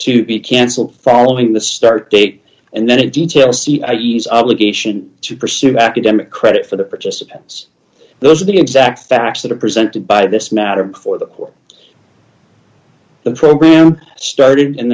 to be cancelled following the start date and then in detail cie is obligation to pursue academic credit for the participants those are the exact facts that are presented by this matter before the court the program started in